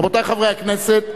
רבותי חברי הכנסת,